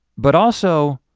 but also